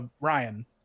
ryan